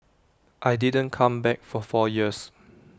I didn't come back for four years